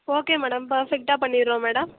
okay madam பெர்ஃபெக்ட்டாக பண்ணிடுறோம் madam